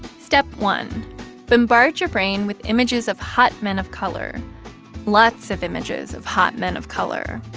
step one bombard your brain with images of hot men of color lots of images of hot men of color.